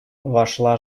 вошла